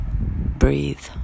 breathe